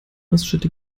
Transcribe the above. raststätte